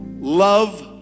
Love